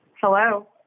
Hello